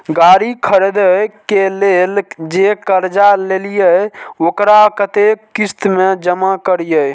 गाड़ी खरदे के लेल जे कर्जा लेलिए वकरा कतेक किस्त में जमा करिए?